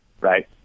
right